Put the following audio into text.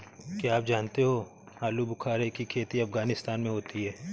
क्या आप जानते हो आलूबुखारे की खेती अफगानिस्तान में होती है